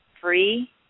free